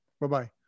bye-bye